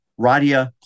Radia